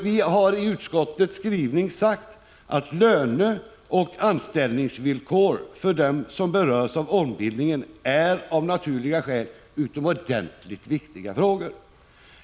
Vi har i utskottets skrivning sagt att löneoch anställningsvillkor för dem som berörs av ombildningen naturligtvis är utomordentligt viktiga frågor.